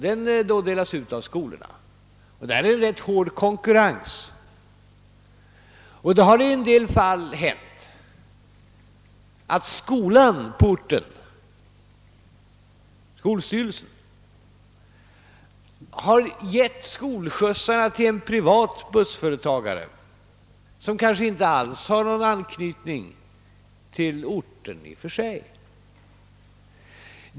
Denna delas ut av skolorna, och konkurrensen om den är ganska hård. Det har i en del fall hänt att skolstyrelsen på orten givit skolskjutsarna till en privat bussföretagare som i och för sig kanske inte alls har någon anknytning till orten.